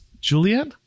Juliet